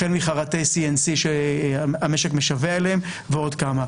החל מחרטי CNC שהמשק משווע אליהם ועוד כמה.